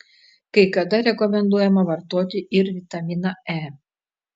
kai kada rekomenduojama vartoti ir vitaminą e